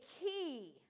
key